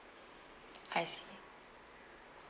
I see